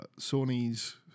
Sony's